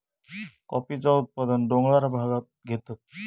कॉफीचा उत्पादन डोंगराळ भागांत घेतत